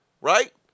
right